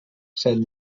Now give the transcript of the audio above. set